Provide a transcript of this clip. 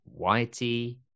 Whitey